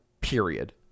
period